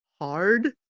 hard